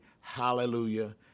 hallelujah